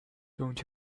don’t